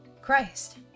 Christ